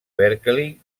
berkeley